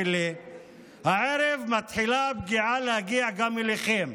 הערב מתחילה הפגיעה להגיע גם אליכם.